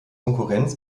konkurrenz